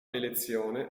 elezione